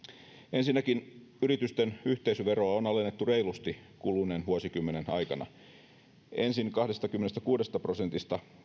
ensinnäkin yritysten yhteisöveroa on alennettu reilusti kuluneen vuosikymmenen aikana ensin kahdestakymmenestäkuudesta prosentista